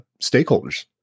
stakeholders